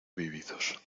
vividos